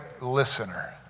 listener